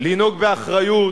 לנהוג באחריות,